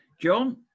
John